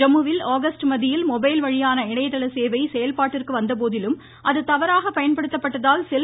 ஜம்முவில் ஆகஸ்ட் மத்தியில் மொபைல் வழியான இணையதளசேவை செயல்பாட்டிற்கு வந்தபோதிலும் அது தவறாக பயன்படுத்தப்பட்டதால் செல்